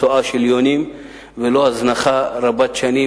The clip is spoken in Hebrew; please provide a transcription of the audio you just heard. צואה של יונים ולא הזנחה רבת שנים.